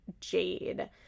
Jade